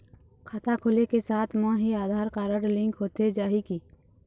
खाता खोले के साथ म ही आधार कारड लिंक होथे जाही की?